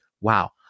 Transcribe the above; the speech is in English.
wow